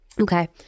Okay